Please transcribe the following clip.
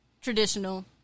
traditional